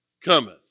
cometh